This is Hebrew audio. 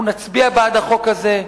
אנחנו נצביע בעד החוק הזה.